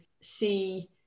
see